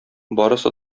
барысы